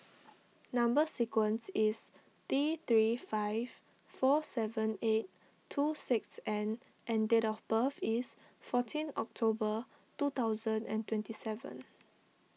Number Sequence is T three five four seven eight two six N and date of birth is fourteen October two thousand and twenty seven